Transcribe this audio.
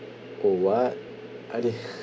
oh what are they